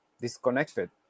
disconnected